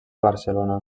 barcelona